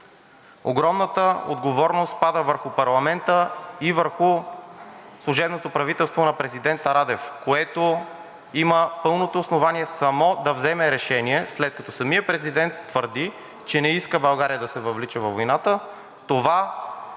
Огромната отговорност пада върху парламента и върху служебното правителство на президента Радев, което има пълното основание само да вземе решение, след като самият президент твърди, че не иска България да се въвлича във войната. Това трябва